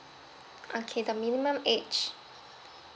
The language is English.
okay the minimum age